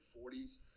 forties